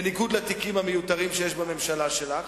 בניגוד לתיקים המיותרים שיש בממשלה שלך,